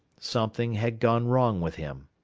something had gone wrong with him.